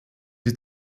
die